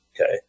Okay